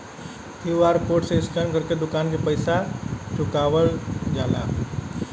QR code से scan कर के दुकान के पैसा कैसे चुकावल जाला?